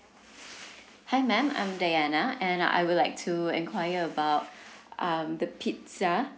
hi ma'am I'm dayana and I would like to enquire about um the pizza